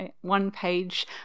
one-page